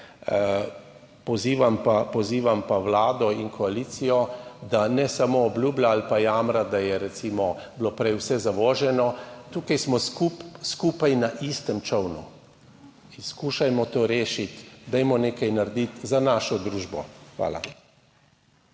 Pozivam pa vlado in koalicijo, da ne samo obljublja ali pa jamra, da je recimo bilo prej vse zavoženo. Tukaj smo skupaj na istem čolnu in skušajmo to rešiti. Dajmo nekaj narediti za našo družbo. Hvala.